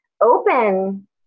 open